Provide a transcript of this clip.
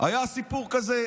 היה סיפור כזה,